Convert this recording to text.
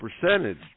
percentage